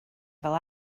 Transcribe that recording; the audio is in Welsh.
fel